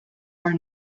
are